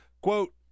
quote